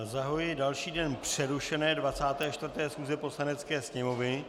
Zahajuji další den přerušené 24. schůze Poslanecké sněmovny.